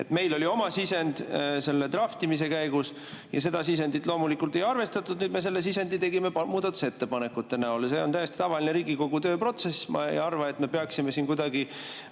meil oli oma sisend selle draftimise käigus ja seda sisendit loomulikult ei arvestatud. Nüüd me selle sisendi tegime muudatusettepanekute näol. Ja see on täiesti tavaline Riigikogu tööprotsess. Ma ei arva, et me peaksime mingeid